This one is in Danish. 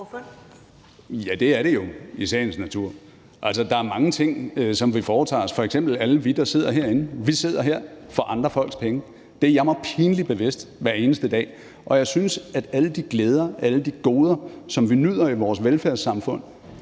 Ja, det er det jo i sagens natur. Altså, det gælder mange ting, som vi foretager os. Alle vi, der sidder herinde, sidder her for andre folks penge. Det er jeg mig pinligt bevidst om hver eneste dag. Jeg synes, at der i forbindelse med alle de glæder og alle de goder, som vi nyder i vores velfærdssamfund,